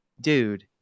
dude